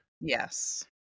Yes